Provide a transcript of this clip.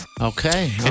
Okay